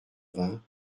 vingts